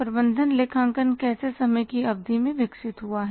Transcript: प्रबंधन लेखांकन कैसे समय की अवधि में विकसित हुआ है